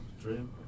Dream